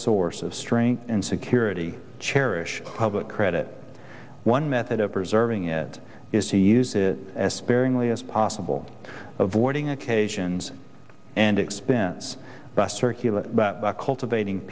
source of strength and security cherish public credit one method of preserving it is to use it as sparingly as possible avoiding occasions and expense circular cultivating